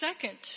second